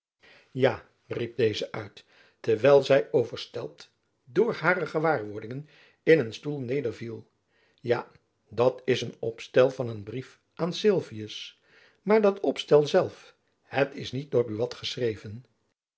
riep deze uit terwijl zy overstelpt door hare gewaarwordingen in een stoel nederviel ja dat is een opstel van een brief aan sylvius maar dat opstel zelf het is niet door buat geschreven